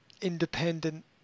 independent